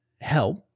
help